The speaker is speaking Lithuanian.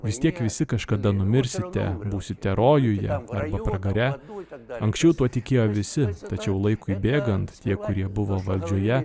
vis tiek visi kažkada numirsite būsite rojuje ar pragare anksčiau tuo tikėjo visi tačiau laikui bėgant tie kurie buvo valdžioje